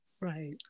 Right